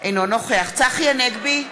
אינו נוכח צחי הנגבי,